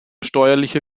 steuerliche